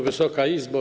Wysoka Izbo!